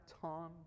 Tom